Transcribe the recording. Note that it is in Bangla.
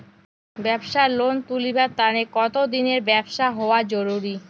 ব্যাবসার লোন তুলিবার তানে কতদিনের ব্যবসা হওয়া জরুরি?